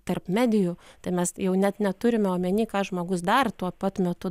tarp medijų tai mes jau net neturime omeny ką žmogus dar tuo pat metu